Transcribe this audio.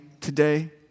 today